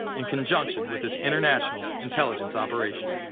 in conjunction with this international intelligence operation.